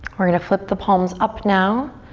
we're gonna flip the palms up now